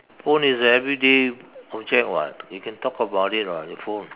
phone is everyday object [what] you can talk about it [what] your phone